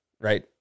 right